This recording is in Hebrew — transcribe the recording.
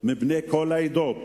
מבני כל העדות